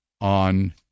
on